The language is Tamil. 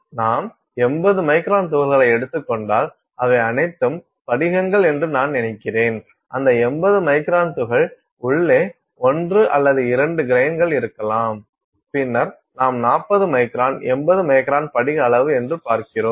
நாம் 80 மைக்ரான் துகள்களை எடுத்துக் கொண்டால் அவை அனைத்தும் படிகங்கள் என்று நான் நினைக்கிறேன் அந்த 80 மைக்ரான் துகள் உள்ளே 1 அல்லது 2 கிரைன்கள் இருக்கலாம் பின்னர் நாம் 40 மைக்ரான் 80 மைக்ரான் படிக அளவு என்று பார்க்கிறோம்